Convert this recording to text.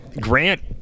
Grant